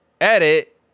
edit